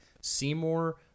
Seymour